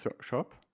shop